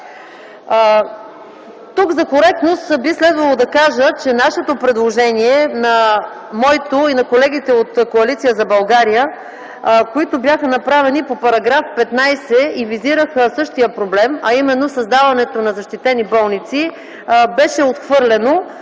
Тук за коректност би следвало да кажа, че нашите предложения – моето и на колегите на Коалиция за България, които бяха направени по § 15 и визираха същия проблем, а именно създаването на защитени болници, беше отхвърлено.